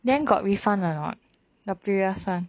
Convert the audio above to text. then got refund or not the previous [one]